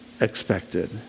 expected